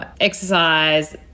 exercise